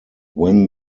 when